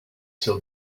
till